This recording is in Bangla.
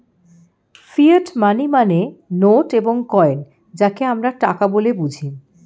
ফিয়াট মানি মানে নোট এবং কয়েন যাকে আমরা টাকা বলে বুঝি